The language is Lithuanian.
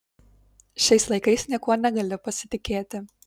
šiais laikais niekuo negali pasitikėti